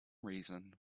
reason